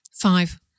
Five